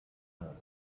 her